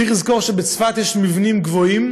צריך לזכור שבצפת יש מבנים גבוהים,